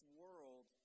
world